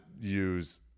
use